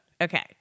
Okay